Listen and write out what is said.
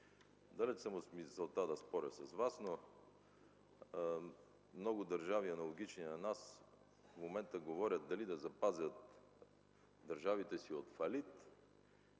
Далече съм от мисълта да споря с Вас, но много държави, аналогични на нас, в момента говорят дали да запазят държавите си от фалит,